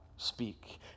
Speak